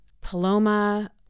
Paloma